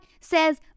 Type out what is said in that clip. says